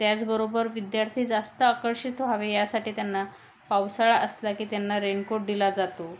त्याचबरोबर विद्यार्थी जास्त आकर्षित व्हावे यासाठी त्यांना पावसाळा असला की त्यांना रेनकोट दिला जातो